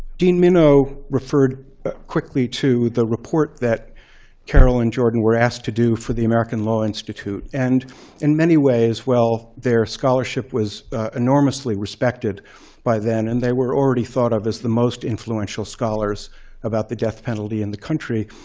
dean minow referred quickly to the report that carol and jordan were asked to do for the american law institute. and in many ways, while their scholarship was enormously respected by then and they were already thought of as the most influential scholars about the death penalty in the country,